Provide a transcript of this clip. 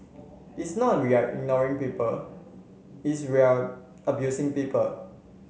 it's not we're ignoring people it's we're abusing people